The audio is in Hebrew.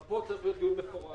גם פה צריך להיות דיון מפורט.